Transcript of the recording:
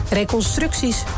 reconstructies